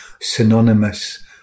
synonymous